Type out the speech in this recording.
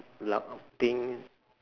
blou~ pink